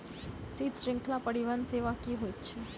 शीत श्रृंखला परिवहन सेवा की होइत अछि?